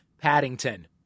Paddington